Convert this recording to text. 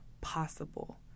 possible